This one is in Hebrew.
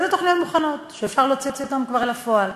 אילו תוכניות מוכנות שאפשר להוציא אותן כבר אל הפועל.